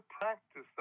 practice